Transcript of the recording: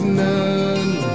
none